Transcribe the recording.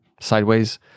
sideways